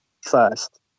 first